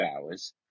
hours